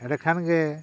ᱮᱸᱰᱮ ᱠᱷᱟᱱ ᱜᱮ